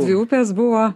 dvi upės buvo